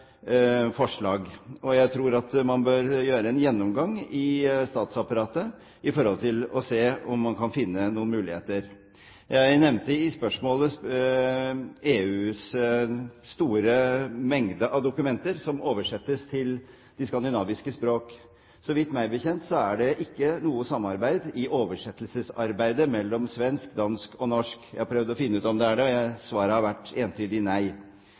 se om man kan finne noen muligheter. Jeg nevnte i spørsmålet EUs store mengde av dokumenter som oversettes til de skandinaviske språk. Meg bekjent er det ikke noe samarbeid i oversettelsesarbeidet mellom Sverige, Danmark og Norge. Jeg har prøvd å finne ut om det er det, og svaret har vært entydig nei.